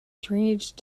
drainage